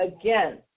again